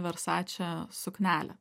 versace suknelė